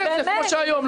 כמו שהיום לא גובים.